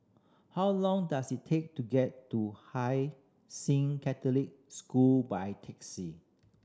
how long does it take to get to Hai Sing Catholic School by taxi